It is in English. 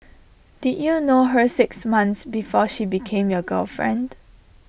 did you know her six months before she became your girlfriend